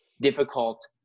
difficult